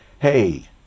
hey